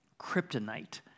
kryptonite